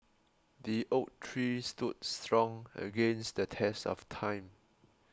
the oak tree stood strong against the test of time